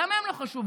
למה הם לא חשובים?